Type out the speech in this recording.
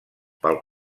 pel